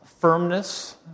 firmness